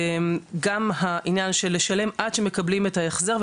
גם העניין של לשלם עד שהם מקבלים את ההחזר,